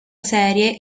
serie